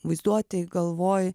vaizduotėj galvoj